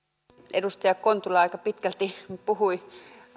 edustaja kontula aika pitkälti puhui